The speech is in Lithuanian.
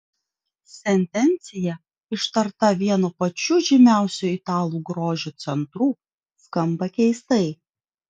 sentencija ištarta vieno pačių žymiausių italų grožio centrų skamba keistai